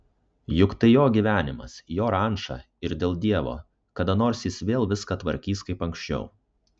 juk tai jo gyvenimas jo ranča ir dėl dievo kada nors jis vėl viską tvarkys kaip anksčiau